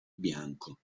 bianco